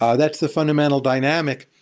ah that's the fundamental dynamic.